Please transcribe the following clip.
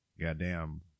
Goddamn